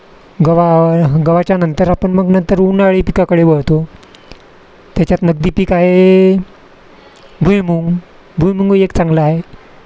गवा गव्हाच्या नंतर आपण मग नंतर उन्हाळी पिकाकडे वळतो त्याच्यात नगदी पिक आहे भुईमुग भुईमुग एक चांगला आहे